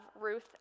Ruth